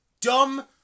dumb